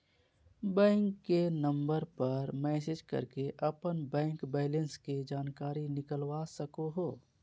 bank के number पर message करके अपन बैंक बैलेंस के जानकारी निकलवा सको हो